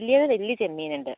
വലിയ വലിയ ചെമ്മീൻ ഉണ്ട്